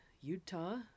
Utah